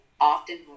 often